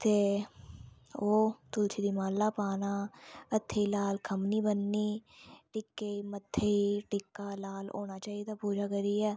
ते ओह् तुलसी दी माला पाना हत्थें गी लाल खमनी बननी टिक्के गी मत्थे गी टिक्का लाल होना चाहिदा पूजा करियै